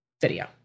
video